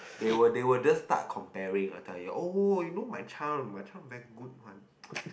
they would they would just start comparing I tell you oh you know my child my child very good one